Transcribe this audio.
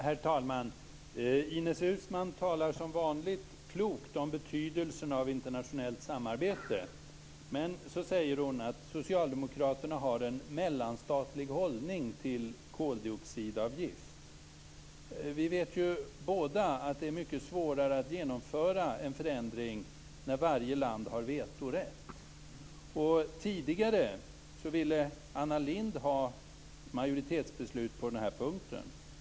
Herr talman! Ines Uusmann talar som vanligt klokt om betydelsen av internationellt samarbete. Men sedan säger hon att socialdemokraterna har en mellanstatlig hållning till koldioxidavgift. Vi vet båda att det är mycket svårare att genomföra en förändring när varje land har vetorätt. Tidigare ville Anna Lindh ha majoritetsbeslut på den här punkten.